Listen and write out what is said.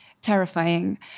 terrifying